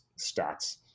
stats